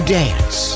dance